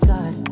God